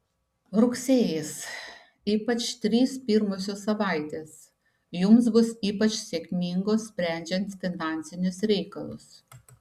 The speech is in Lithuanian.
rugsėjis ypač trys pirmosios savaitės jums bus ypač sėkmingos sprendžiant finansinius reikalus